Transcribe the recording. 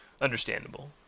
understandable